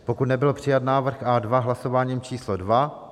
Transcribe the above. pokud nebyl přijat návrh A2 hlasováním číslo dvě